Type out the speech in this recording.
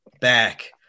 back